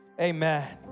amen